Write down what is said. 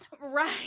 right